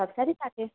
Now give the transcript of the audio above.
সব স্যারই থাকে